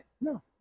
No